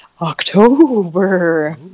October